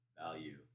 value